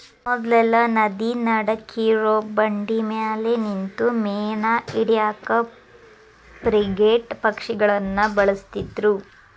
ಮೊದ್ಲೆಲ್ಲಾ ನದಿ ನಡಕ್ಕಿರೋ ಬಂಡಿಮ್ಯಾಲೆ ನಿಂತು ಮೇನಾ ಹಿಡ್ಯಾಕ ಫ್ರಿಗೇಟ್ ಪಕ್ಷಿಗಳನ್ನ ಬಳಸ್ತಿದ್ರು